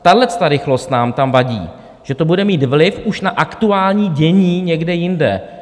Tahleta rychlost nám tam vadí, že to bude mít vliv už na aktuální dění někde jinde.